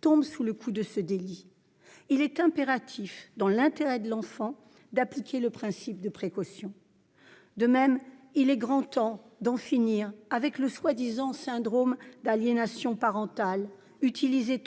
tombe sous le coup de cet article. Il est impératif, dans l'intérêt de l'enfant, d'appliquer le principe de précaution. De même, il est grand temps d'en finir avec le prétendu syndrome d'aliénation parentale, trop souvent utilisé